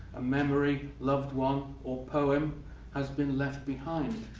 a memory, loved one, or poem has been left behind.